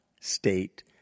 state